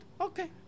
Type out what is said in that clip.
Okay